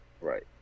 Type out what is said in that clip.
Right